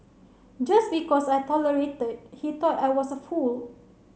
just because I tolerated he thought I was a fool